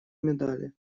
медали